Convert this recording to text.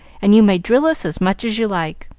and you may drill us as much as you like.